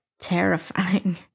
terrifying